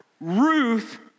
Ruth